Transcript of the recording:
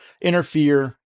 interfere